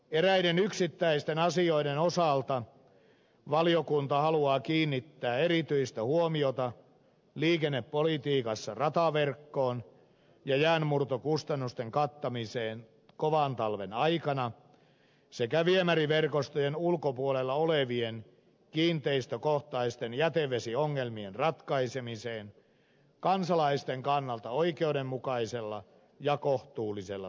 eräiden yksittäisten asioiden osalta valiokunta haluaa kiinnittää erityistä huomiota liikennepolitiikassa rataverkkoon ja jäänmurtokustannusten kattamiseen kovan talven aikana sekä viemäriverkostojen ulkopuolella olevien kiinteistökohtaisten jätevesiongelmien ratkaisemiseen kansalaisten kannalta oikeudenmukaisella ja kohtuullisella tavalla